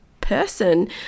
person